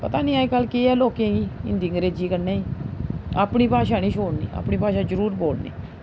पता नी अज्जकल केह् ऐ लोकें गी हिंदी अंग्रेज़ी कन्नै अपनी भाशा नी छोड़नी अपनी भाशा जरूर बोलनी